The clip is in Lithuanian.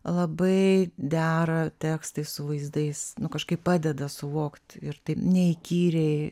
labai dera tekstai su vaizdais nu kažkaip padeda suvokt ir taip neįkyriai